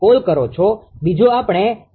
call કરો છો બીજો આપણે સી